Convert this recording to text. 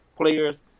players